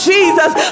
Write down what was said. Jesus